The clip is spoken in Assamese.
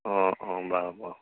অঁ অঁ বাৰু বাৰু